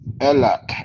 Ella